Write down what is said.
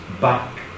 back